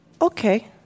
Okay